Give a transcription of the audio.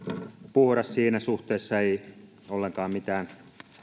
puhdas siinä suhteessa ei ollenkaan mitään